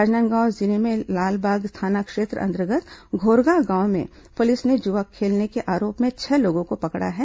राजनांदगांव जिले में लालबाग थाना क्षेत्र अंतर्गत घोरगा गांव में पुलिस ने जुआ खेलने के आरोप में छह लोगों को पकड़ा है